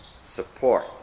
support